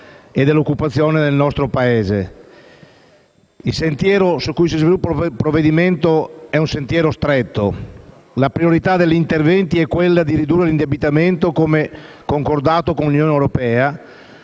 e dell'occupazione nel nostro Paese. Il sentiero su cui si sviluppa il provvedimento è stretto. La priorità degli interventi è quella di ridurre l'indebitamento come concordato con l'Unione europea.